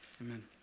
amen